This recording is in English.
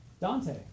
Dante